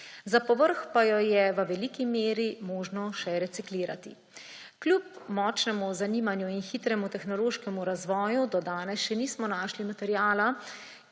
Za povrh pa jo je v veliki meri možno še reciklirati. Kljub močnemu zanimanju in hitremu tehnološkemu razvoju do danes še nismo našli materiala,